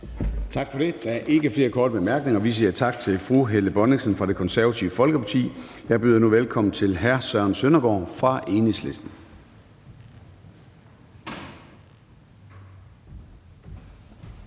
Tak for det. Der er ikke flere korte bemærkninger. Vi siger tak til fru Helle Bonnesen fra Det Konservative Folkeparti. Jeg byder nu velkommen til hr. Søren Søndergaard fra Enhedslisten.